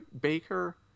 Baker